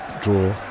draw